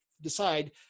decide